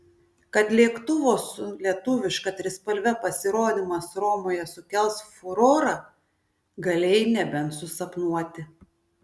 kad lėktuvo su lietuviška trispalve pasirodymas romoje sukels furorą galėjai nebent susapnuoti